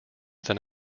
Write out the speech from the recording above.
than